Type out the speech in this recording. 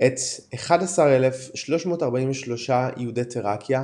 את 11,343 יהודי תראקיה,